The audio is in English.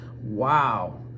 wow